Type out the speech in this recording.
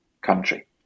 country